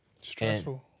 Stressful